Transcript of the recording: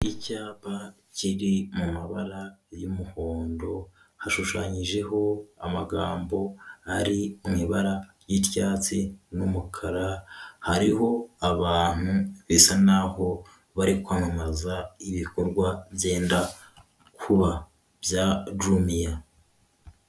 Icyapa kiri mu mabara y'umuhondo, hashushanyijeho amagambo ari mu ibara ry'ibyatsi n'umukara, hariho abantu bisa n'aho bari kwamamaza ibikorwa byenda kuba bya Jumia.